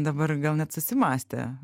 dabar gal net susimąstė